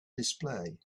display